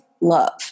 love